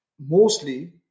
mostly